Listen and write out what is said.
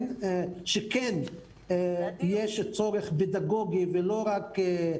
שכן יש צורך פדגוגי ולא רק וכולי,